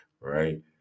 right